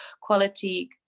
quality